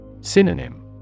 Synonym